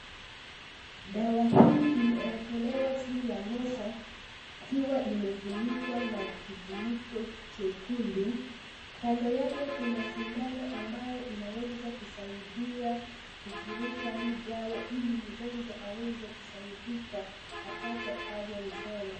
Dawa hii imewekelewa juu ya meza ikiwa imefunikwa na kifuniko chekundu. Kando yake kuna sindano ambayo inaweza kusaidia kuvuruta hii dawa ili mgonjwa amweze kusaidika apate afya njema.